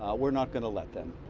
we're not going to let them.